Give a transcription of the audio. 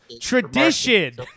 tradition